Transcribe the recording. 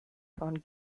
found